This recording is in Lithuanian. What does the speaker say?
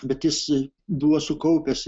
bet jis buvo sukaupęs